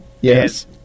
Yes